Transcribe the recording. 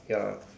ya